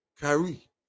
Kyrie